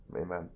Amen